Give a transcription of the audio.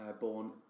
born